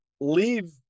leave